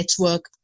Network